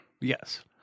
Yes